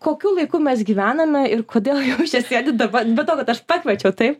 kokiu laiku mes gyvename ir kodėl jūs čia sėdit dabar be to kad aš pakviečiau taip